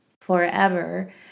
forever